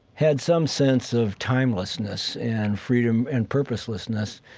had some sense of timelessness and freedom and purposelessness,